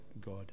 God